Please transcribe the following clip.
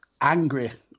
angry